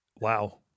Wow